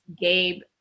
Gabe